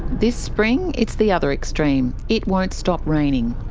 this spring it's the other extreme. it won't stop raining.